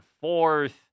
fourth